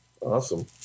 Awesome